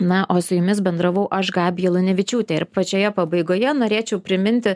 na o su jumis bendravau aš gabija lunevičiūtė ir pačioje pabaigoje norėčiau priminti